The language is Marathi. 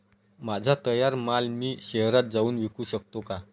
माझा तयार माल मी शहरात जाऊन विकू शकतो का?